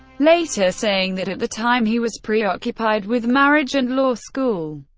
later saying that at the time he was preoccupied with marriage and law school,